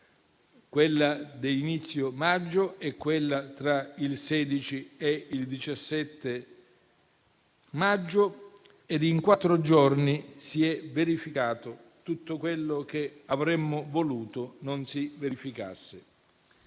quella di inizio maggio e quella tra il 16 e il 17 maggio e in quattro giorni si è verificato tutto quello che avremmo voluto non si verificasse.